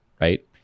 right